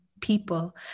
people